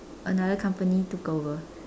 another company took over